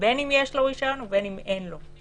בין אם יש לו רישיון ובין אם אין לו.